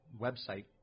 website